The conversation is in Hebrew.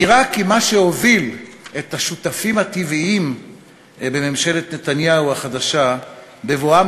נראה כי מה שהוביל את השותפים הטבעיים בממשלת נתניהו החדשה בבואם